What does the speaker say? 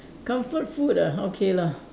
comfort food ah okay lah